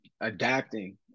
adapting